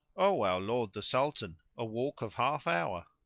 o our lord the sultan, a walk of half hour.